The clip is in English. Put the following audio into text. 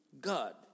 God